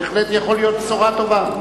זאת בהחלט יכולה להיות בשורה טובה,